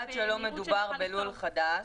מדובר בלול חדש"